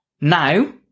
Now